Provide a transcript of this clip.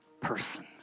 person